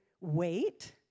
wait